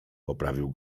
poprawił